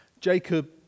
Jacob